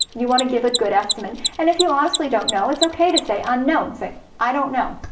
you want to give a good estimate, and if you honestly don't know it's okay to say unknown. say i don't know.